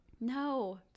No